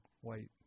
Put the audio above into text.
white